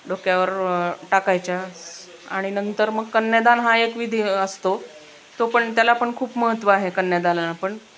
डोक्यावर व टाकायच्या आणि नंतर मग कन्यादान हा एक विधी असतो तो पण त्याला पण खूप महत्त्व आहे कन्यादानाला पण